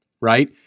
right